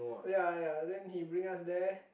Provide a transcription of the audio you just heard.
ya ya then he bring us there